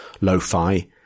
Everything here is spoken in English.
lo-fi